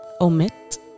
Omit